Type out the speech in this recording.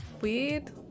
weird